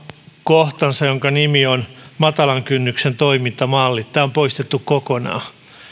kohtansa jonka nimi on matalan kynnyksen toimintamallit tämä on poistettu kokonaan